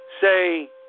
say